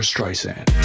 Streisand